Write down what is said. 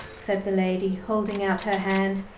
said the lady, holding out her hand.